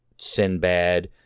Sinbad